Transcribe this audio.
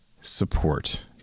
support